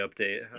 update